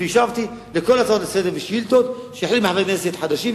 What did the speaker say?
והשבתי על כל ההצעות לסדר והשאילתות של חברי כנסת חדשים,